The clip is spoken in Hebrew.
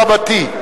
רבתי.